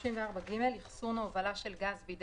34ג. אחסון או הובלה34.